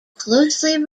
closely